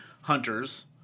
hunters